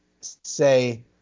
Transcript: say